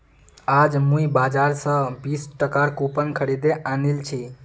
आज मुई बाजार स बीस टकार कूपन खरीदे आनिल छि